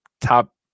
top